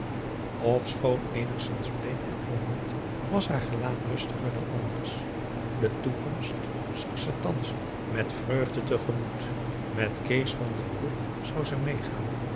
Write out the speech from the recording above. ofschoon eenigszins bleek en vermoeid was haar gelaat rustiger dan anders de toekomst zag ze thans met vreugde te gemoet met kees van den broek zou ze meegaan